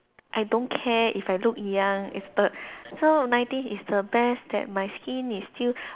I don't care if I look young is the so nineteen is the best that my skin is still